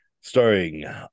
starring